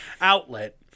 outlet